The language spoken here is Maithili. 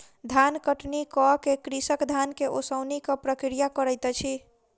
धान कटनी कअ के कृषक धान के ओसौनिक प्रक्रिया करैत अछि